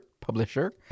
Publisher